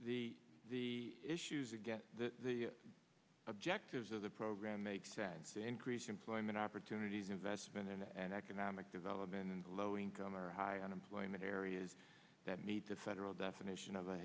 the the issues again the objectives of the program make sense to increase employment opportunities investment and economic development and low income or high unemployment areas that need to federal definition of a